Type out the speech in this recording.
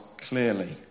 clearly